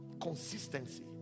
Consistency